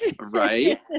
Right